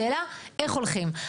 השאלה היא איך הולכים.